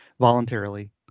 voluntarily